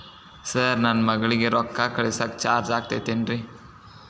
Sir ನನ್ನ ಮಗಳಗಿ ರೊಕ್ಕ ಕಳಿಸಾಕ್ ಚಾರ್ಜ್ ಆಗತೈತೇನ್ರಿ?